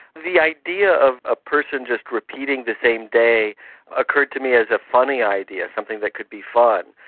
the idea of a person just repeating the same day occurred to me as a funny idea, something that could be fun,